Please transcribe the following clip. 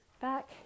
back